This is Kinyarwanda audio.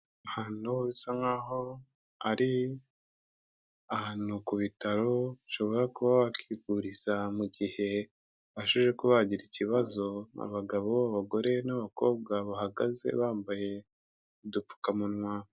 Ahantu bisa nk'aho ari ahantu ku bitaro ushobora kuba wakivuriza mu gihe ubashije kubagira ikibazo, abagabo, abagore n'abakobwa, bahagaze bambaye udupfukamunwa.